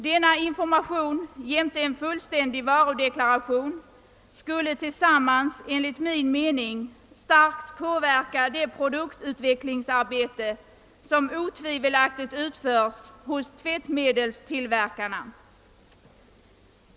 Denna information jämte en fullständig varudeklaration skulle enligt min mening starkt påverka det produktutvecklingsarbete som otvivelaktigt utförs hos tvättmedelstillverkarna.